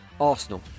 Arsenal